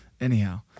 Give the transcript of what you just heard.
anyhow